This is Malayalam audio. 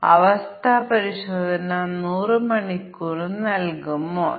അതിനാൽ ഇവ തുല്യതാ ക്ലാസുകൾക്ക് പുറത്തുള്ള മൂല്യങ്ങളാണ്